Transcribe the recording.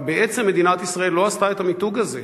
אבל בעצם מדינת ישראל לא עשתה את המיתוג הזה.